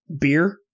beer